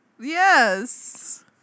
Yes